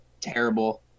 terrible